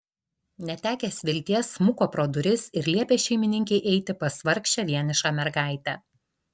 netekęs vilties smuko pro duris ir liepė šeimininkei eiti pas vargšę vienišą mergaitę